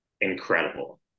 incredible